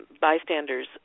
bystanders